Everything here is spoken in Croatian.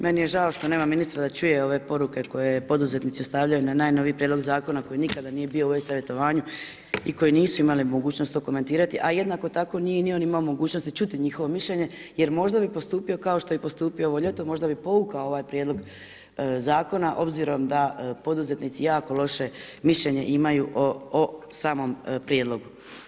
Meni je žao što nema ministra da čuje ove poruke koje je poduzetnici ostavljaju na najnoviji prijedlog zakona koji nikada nije bio u e savjetovanju i koji nisu imali mogućnost to komentirati, a jednako tako nije ni on imao mogućnosti čuti njihovo mišljenje jer možda bi postupio kao što je i postupio ovo ljeto, možda bi povukao ovaj prijedlog zakona obzirom da poduzetnici jako loše mišljenje imaju o samom prijedlogu.